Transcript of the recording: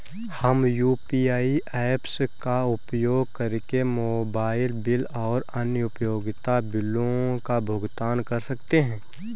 हम UPI apps का उपयोग करके मोबाइल बिल और अन्य उपयोगिता बिलों का भुगतान कर सकते हैं